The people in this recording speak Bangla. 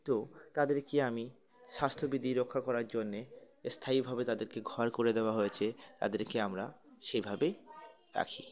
তো তাদেরকে আমি স্বাস্থ্যবিধি রক্ষা করার জন্যে স্থায়ীভাবে তাদেরকে ঘর করে দেওয়া হয়েছে তাদেরকে আমরা সেইভাবেই রাখি